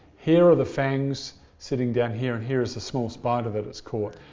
here are the fangs sitting down here and here is a small spider that it's caught.